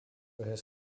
his